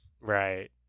Right